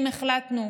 אם החלטנו,